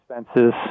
expenses